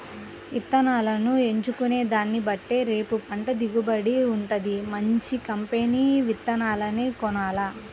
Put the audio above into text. ఇత్తనాలను ఎంచుకునే దాన్నిబట్టే రేపు పంట దిగుబడి వుంటది, మంచి కంపెనీ విత్తనాలనే కొనాల